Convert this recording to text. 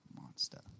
monster